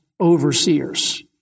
overseers